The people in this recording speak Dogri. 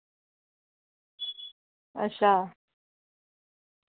अच्छा